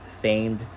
famed